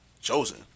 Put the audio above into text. chosen